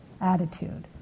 attitude